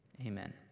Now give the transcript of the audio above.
amen